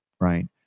Right